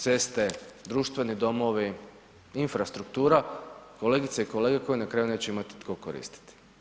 Ceste, društveni domovi, infrastruktura, kolegice i kolege koji na kraju neće imati tko koristiti.